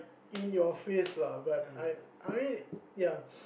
in your face lah but I I ya